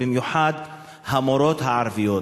ובמיוחד המורות הערביות.